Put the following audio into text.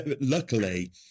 luckily